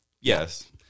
Yes